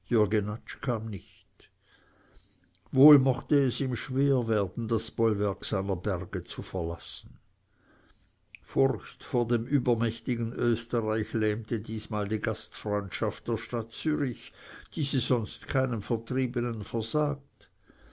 kam nicht wohl mochte es ihm schwer werden das bollwerk seiner berge zu verlassen furcht vor dem übermächtigen österreich lähmte diesmal die gastfreundschaft der stadt zürich die sie sonst keinem vertriebenen versagt